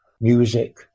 music